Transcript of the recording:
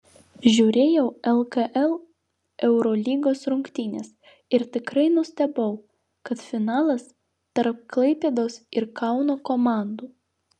žiūrėjau lkl eurolygos rungtynes ir tikrai nustebau kad finalas tarp klaipėdos ir kauno komandų